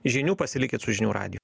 žinių pasilikit su žinių radiju